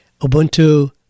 Ubuntu